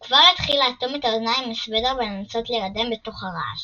הוא כבר התחיל לאטום את האוזניים עם הסוודר ולנסות להירדם בתוך הרעש